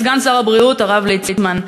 סגן שר הבריאות הרב ליצמן,